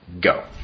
go